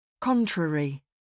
Contrary